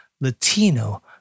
Latino